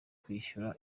kwishyura